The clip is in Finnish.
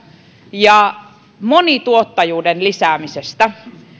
ja monituottajuuden lisäämisestä